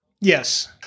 Yes